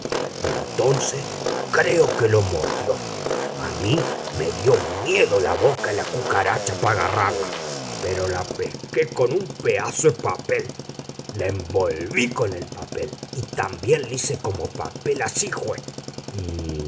y entonce creo que lo mordió a mí dió miedo la boca e la cucaracha p'agarrarla pero la pesqué con un peaso e papel l'envolví con el papel y tamién l'ise comé papel así jué y